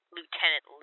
Lieutenant